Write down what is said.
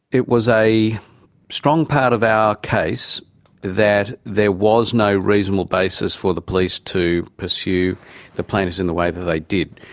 it was a strong part of our case that there was no reasonable basis for the police to pursue the plaintiffs in the way that they did,